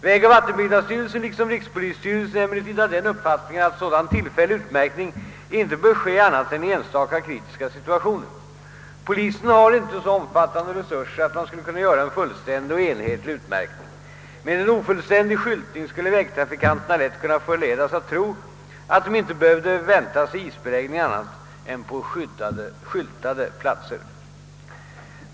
Vägoch vattenbyggnadsstyrelsen liksom rikspolisstyrelsen är emellertid av den uppfattningen att sådan varningstecken tillfällig utmärkning inte bör ske annat än i enstaka kritiska situationer. Polisen har inte så omfattande resurser att man skulle kunna göra en fullständig och enhetlig utmärkning. Med en ofullständig skyltning skulle vägtrafikanterna lätt kunna förledas att tro att de inte behövde vänta sig isbeläggning annat än på skyltförsedda platser.